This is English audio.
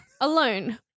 Alone